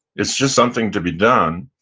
it's just something to be done,